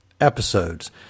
episodes